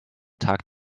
tag